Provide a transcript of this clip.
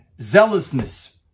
zealousness